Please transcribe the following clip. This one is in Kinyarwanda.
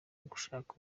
gushaka